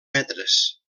metres